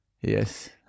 Yes